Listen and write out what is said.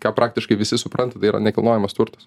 ką praktiškai visi supranta tai yra nekilnojamas turtas